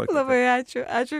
labai ačiū ačiū